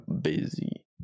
busy